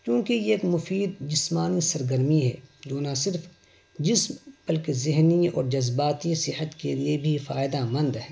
کیونکہ یہ ایک مفید جسمانی سرگرمی ہے جو نہ صرف جسم بلکہ ذہنی اور جذباتی صحت کے لیے بھی فائدہ مند ہے